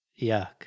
yuck